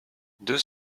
deux